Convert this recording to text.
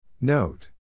Note